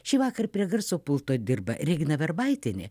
šįvakar prie garso pulto dirba regina verbaitienė